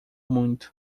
muito